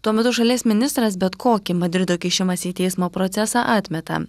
tuo metu šalies ministras bet kokį madrido kišimąsi į teismo procesą atmeta